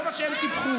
לא מה שהם טיפחו,